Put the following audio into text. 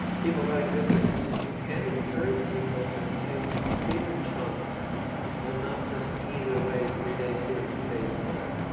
people running businesses, if you can encourage people to take a bigger chunk and not just eat it away three days here and two days there,